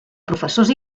professors